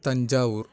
Thanjavur